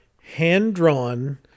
hand-drawn